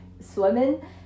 swimming